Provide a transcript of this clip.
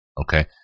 Okay